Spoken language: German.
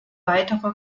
weitere